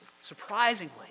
surprisingly